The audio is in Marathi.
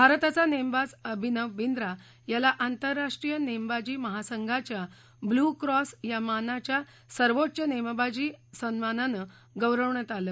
भारताचा नेमबाज अभिनव बिंद्रा याला आंतरराष्ट्रीय नेमबाजी महासंघाच्या ब्ल्यू क्रॉस या मानाच्या सर्वोच्च नेमबाजी सन्मानानं गौरवण्यात आलं